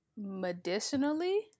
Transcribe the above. medicinally